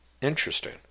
Interesting